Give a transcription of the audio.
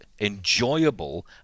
enjoyable